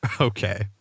Okay